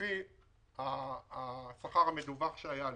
לפי השכר המדווח שהיה לו.